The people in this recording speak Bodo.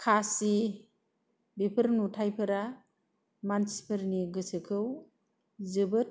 खासि बेफोर नुथाइफोरा मानसिफोरनि गोसोखौ जोबोद